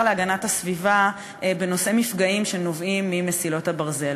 להגנת הסביבה בנושא מפגעים שנובעים ממסילות הברזל.